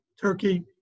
Turkey